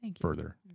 further